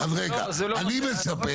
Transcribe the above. אוי